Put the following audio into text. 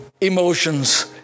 emotions